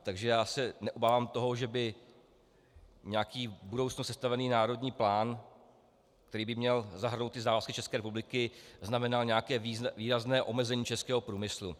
Takže se neobávám toho, že by nějaký v budoucnu sestavený národní plán, který by měl zahrnout závazky České republiky, znamenal nějaké výrazné omezení českého průmyslu.